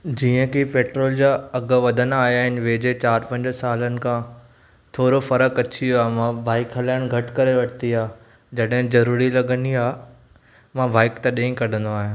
जीअं कि पैट्रोल जा अघु वधंदा आहिनि वेजे चारि पंज सालनि खां थोरो फ़र्क़ु अची वियो आहे मां बाइक हलाइण घटि करे वरिती आहे जॾहिं ज़रूरी लॻंदी आहे मां बाइक तॾहिं ई कढंदो आहियां